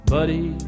Buddy